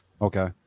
Okay